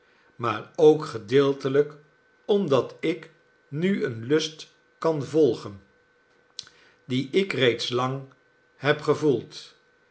maar ook gedeeltelijk omdat ik nu een lust kan volgen dien ik reeds lang heb gevoeld